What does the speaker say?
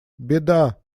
беда